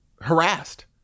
harassed